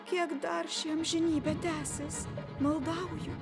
kiek dar ši amžinybė tęsis maldauju